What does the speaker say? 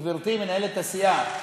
גברתי מנהלת הסיעה.